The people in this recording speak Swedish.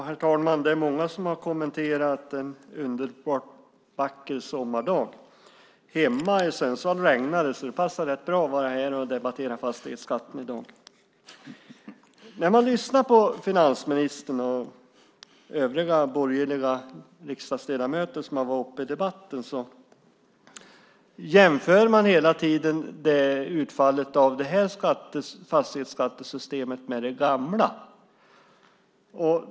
Herr talman! Det är många som har kommenterat att det är en underbart vacker sommardag. Hemma i Sundsvall regnar det, så det passar rätt bra att vara här och debattera fastighetsskatt i dag. Finansministern och övriga borgerliga riksdagsledamöter som har varit uppe i debatten jämför hela tiden utfallet av det här fastighetsskattesystemet med det gamla.